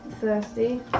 thirsty